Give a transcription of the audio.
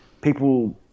people